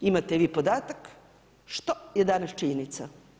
Imate vi podatak što je danas činjenica.